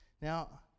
Now